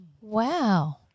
Wow